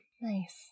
Nice